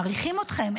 מעריכים אתכם,